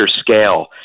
scale